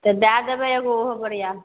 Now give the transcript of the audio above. तऽ दए देबै एगो ओहो बोरिया